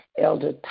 Elder